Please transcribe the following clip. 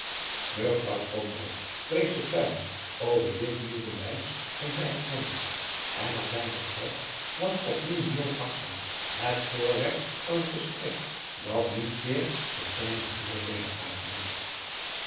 krombalg prees den tuinman over dit nieuw bewijs van zijne aandacht en na zijn vertrek was op nieuw de jonge akswijk het voorwerp van een gesprek dat niet zeer ten zijnen voordeele uitliep